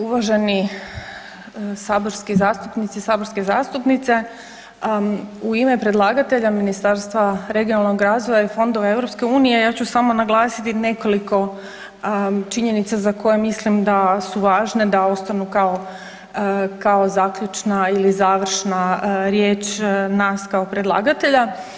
Uvaženi saborski zastupnici i saborske zastupnice, u ime predlagatelja Ministarstva regionalnog razvoja i fondova EU ja ću samo naglasiti nekoliko činjenica za koje mislim da su važne da ostanu kao zaključna ili završna riječ nas kao predlagatelja.